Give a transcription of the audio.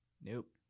Nope